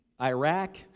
Iraq